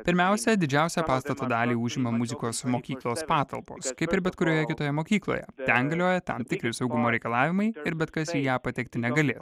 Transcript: pirmiausia didžiausią pastato dalį užima muzikos mokyklos patalpos kaip ir bet kurioje kitoje mokykloje ten galioja tam tikri saugumo reikalavimai ir bet kas į ją patekti negalės